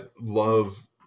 Love